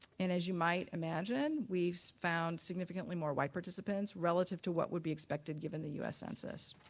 and as you might imagine, we've so found significantly more white participants relative to what would be expected given the u s. census.